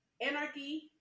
anarchy